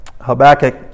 Habakkuk